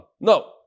No